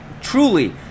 truly